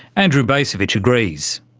andrew bacevich agrees.